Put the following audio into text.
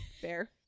Fair